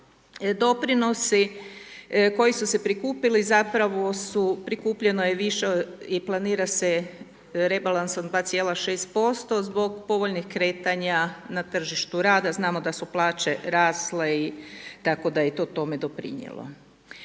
Doprinosi koji su se prikupili zapravo su, prikupljeno je više i planira se rebalansom 2,6% zbog povoljnih kretanja na tržištu rada, znamo da su plaće rasle i tako da je i to tome doprinijelo.